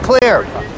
clear